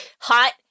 hot